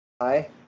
Hi